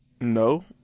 No